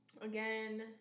Again